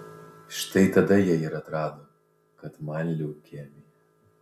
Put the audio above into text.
štai tada jie ir atrado kad man leukemija